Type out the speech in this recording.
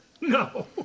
No